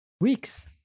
weeks